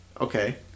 Okay